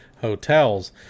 Hotels